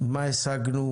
מה השגנו,